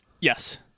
Yes